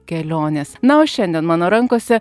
kelionės na o šiandien mano rankose